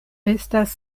estas